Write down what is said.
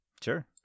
Sure